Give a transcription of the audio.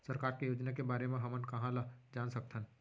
सरकार के योजना के बारे म हमन कहाँ ल जान सकथन?